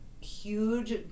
huge